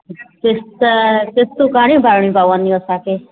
किस्त किस्तूं घणी भरिणी पवंदियूं असांखे